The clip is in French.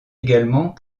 également